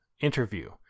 interview